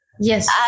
Yes